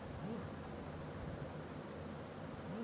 ডোলেশল বা দেলা ক্যরা মালে হছে কল কিছুর অথ্থলৈতিক ভাবে সাহায্য ক্যরা